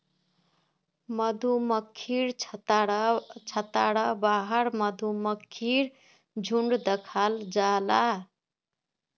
मधुमक्खिर छत्तार बाहर मधुमक्खीर झुण्ड दखाल जाहा